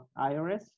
IRS